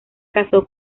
casó